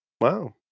wow